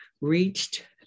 reached